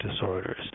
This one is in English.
disorders